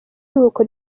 iruhuko